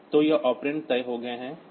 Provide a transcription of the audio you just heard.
तो ये ऑपरेंड तय हो गए हैं